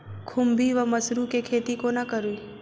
खुम्भी वा मसरू केँ खेती कोना कड़ी?